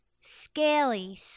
scaly